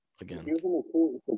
again